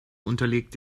unterliegt